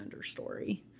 understory